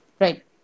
Right